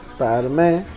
Spider-Man